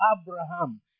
Abraham